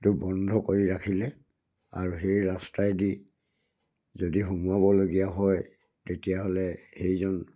টো বন্ধ কৰি ৰাখিলে আৰু সেই ৰাস্তাই দি যদি সোমোৱাবলগীয়া হয় তেতিয়াহ'লে সেইজন